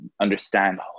understand